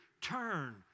Turn